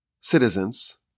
citizens